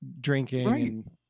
drinking